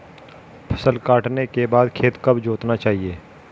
फसल काटने के बाद खेत कब जोतना चाहिये?